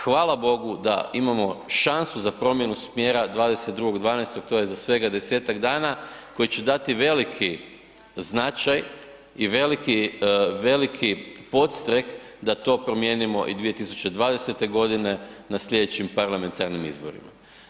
Hvala Bogu da imamo šansu za promjenu smjera 22.12., to je za svega desetak dana koji će dati veliki značaj i veliki podstrek da to promijenimo i 2020. godine na sljedećim parlamentarnim izborima.